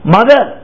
Mother